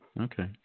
Okay